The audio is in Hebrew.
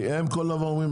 כי הם כל דבר אומרים,